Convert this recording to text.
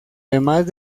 demás